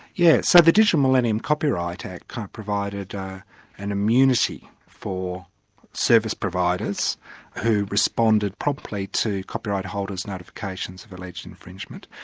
yes. so the digital millennium copyright act kind of provided an immunity for service providers who responded promptly to copyright holders' notifications of alleged infringement,